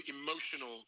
emotional